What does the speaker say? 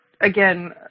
again